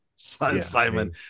Simon